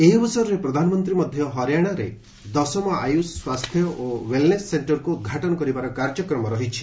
ଏହି ଅବସରରେ ପ୍ରଧାନମନ୍ତ୍ରୀ ମଧ୍ୟ ହରିୟାଣାରେ ଦଶମ ଆୟୁଷ ସ୍ୱାସ୍ଥ୍ୟ ଓ ୱେଲନେସ ସେଣ୍ଟରକୁ ଉଦ୍ଘାଟନ କରିବାର କାର୍ଯ୍ୟକ୍ରମ ରହିଛି